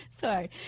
Sorry